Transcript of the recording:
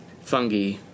fungi